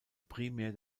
primär